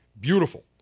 Beautiful